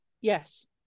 yes